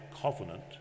covenant